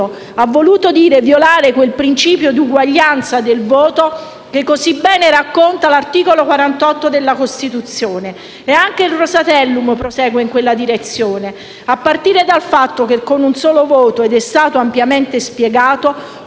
ha voluto dire violare quel principio di uguaglianza del voto che così bene racconta l'articolo 48 della Costituzione. E anche il Rosatellum prosegue in quella direzione, a partire dal fatto che con un solo voto, come è stato ampiamente spiegato,